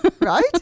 Right